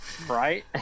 Right